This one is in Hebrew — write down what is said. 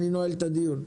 אני נועל את הדיון.